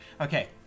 Okay